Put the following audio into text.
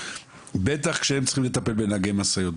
בטח כשהם צריכים לטפל בנהגי משאיות,